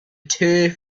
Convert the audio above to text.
turf